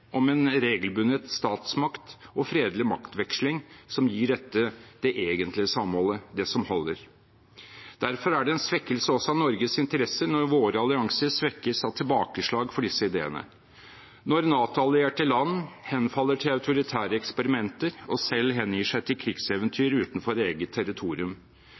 om en regelbundet statsmakt og fredelig maktveksling som gir dette det egentlige samholdet, det som holder. Derfor er det en svekkelse også av Norges interesser når våre allianser svekkes av tilbakeslag for disse ideene – når NATO-allierte land henfaller til autoritære eksperimenter og selv hengir seg til krigseventyr utenfor eget territorium,